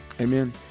Amen